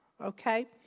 okay